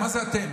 מה זה "אתם"?